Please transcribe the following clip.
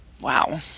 Wow